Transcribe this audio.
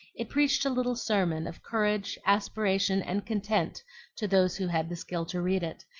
it preached a little sermon of courage, aspiration, and content to those who had the skill to read it,